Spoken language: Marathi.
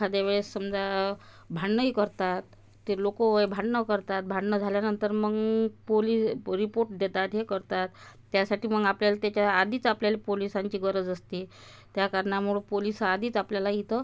एखाद्या वेळेस समजा भांडणंही करतात ते लोक भांडणं करतात भांडणं झाल्यानंतर मग पोलिस पो रिपोर्ट देतात हे करतात त्यासाठी मग आपल्याला त्याच्या आधीच आपल्याला पोलिसांची गरज असते त्या कारणामुळं पोलिस आधीच आपल्याला इथं